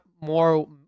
more